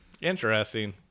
Interesting